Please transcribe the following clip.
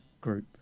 group